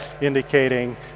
indicating